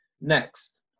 Next